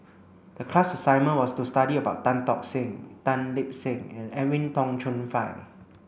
the class assignment was to study about Tan Tock Seng Tan Lip Seng and Edwin Tong Chun Fai